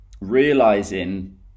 realizing